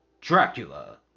Dracula